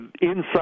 inside